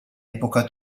epoca